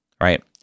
right